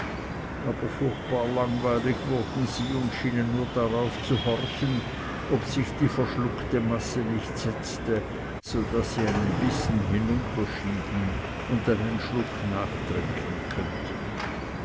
aber furchtbar langweilig wurden sie und schienen nur dar auf zu horchen ob sich die verschluckte masse nicht setzte so daß sie einen bissen hinunterschieben und einen schluck nachtrinken könnten